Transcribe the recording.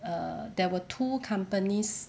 err there were two companies